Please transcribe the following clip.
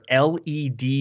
LED